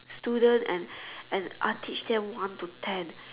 student and and uh teach them one to ten